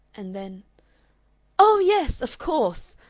and then oh, yes of course!